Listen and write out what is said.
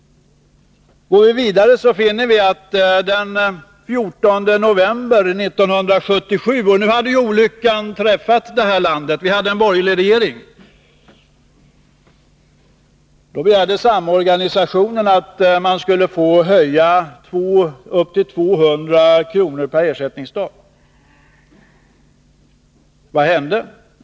Går vi vidare finner vi att den 14 november 1977 — då hade olyckan träffat det här landet och vi hade en borgerlig regering — begärde samorganisationen att man skulle få höja upp till 200 kr. per ersättningsdag. Vad hände?